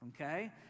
Okay